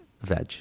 Veg